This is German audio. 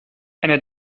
eine